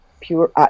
Pure